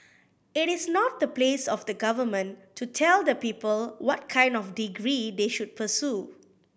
it is not the place of the Government to tell the people what kind of degree they should pursue